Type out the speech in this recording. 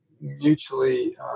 mutually